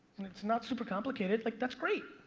it's not super complicated. like that's great.